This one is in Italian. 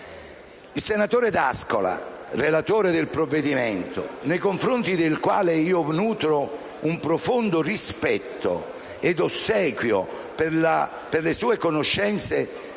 Il senatore D'Ascola, relatore del provvedimento, nei confronti del quale nutro un profondo rispetto e ossequio per le sue conoscenze